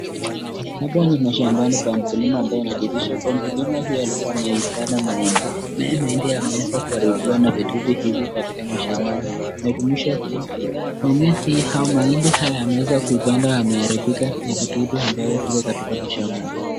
Hapa ni mashambani pa mkulima ambaye inadhihirisha kuwa mkulima huyu alikua amepanda mahindi nayo mahindi yameweza kuharibiwa na vidudu hivi katika mashambani. Inatuonyesha kuwa mimea hii ama mahindi haya ameweza kuipanda ameharibika na vidudu ambavyo viko katika mashambani.